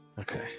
Okay